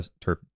turf